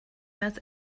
als